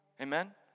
Amen